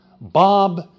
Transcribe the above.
Bob